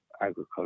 Agriculture